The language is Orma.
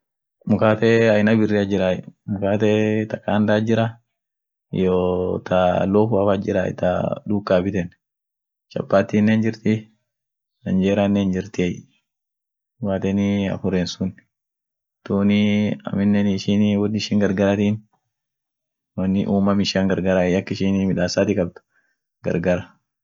Apol sunii gargarai, apolin lila gagarai, ta akukanaan nyateniit jira iyo tasagalean nyateniit jira. ishinenii woliil gugurdaa, dibin lila gugurdaa tadibi lila charekoa, duumi akum ishin jirtuut suni ak tumieteniit jirai. tadibin hinmioti tadibin lilaanen hinmiotu.